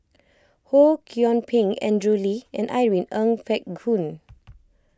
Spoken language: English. Ho Kwon Ping Andrew Lee and Irene Ng Phek Hoong